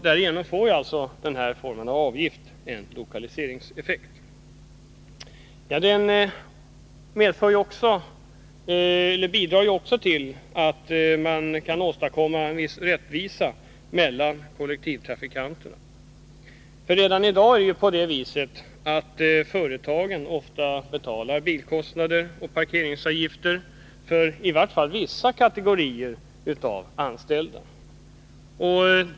Därigenom får avgiften lokaliseringseffekt. Avgiften bidrar också till att åstadkomma rättvisa mellan kollektivtrafikanter. Redan i dag betalar företagen ofta bilkostnader och parkeringsavgifter för vissa kategorier av anställda.